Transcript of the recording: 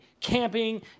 camping